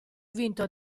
vinto